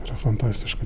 yra fantastiška